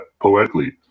poetically